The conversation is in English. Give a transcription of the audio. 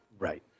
Right